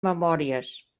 memòries